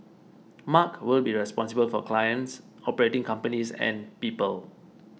mark will be responsible for clients operating companies and people